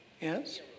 Yes